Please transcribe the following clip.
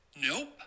nope